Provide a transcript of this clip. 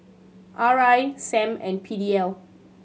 R I Sam and P D L